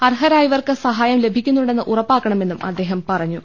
അർഹരായവർക്ക് സഹായം ലഭി ക്കുന്നുണ്ടെന്ന് ഉറപ്പാക്കണമെന്നും അദ്ദേഹം പറ്റഞ്ഞു